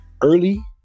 early